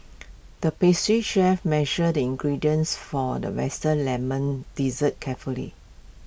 the pastry chef measured the ingredients for all the western Lemon Dessert carefully